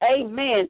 Amen